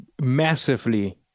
massively